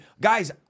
guys